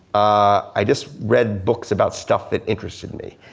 i just read books about stuff that interested me.